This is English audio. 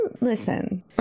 Listen